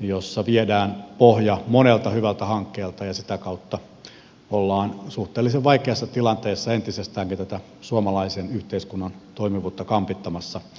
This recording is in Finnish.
jossa viedään pohja monelta hyvältä hankkeelta ja sitä kautta ollaan suhteellisen vaikeassa tilanteessa entisestäänkin tätä suomalaisen yhteiskunnan toimivuutta kampittamassa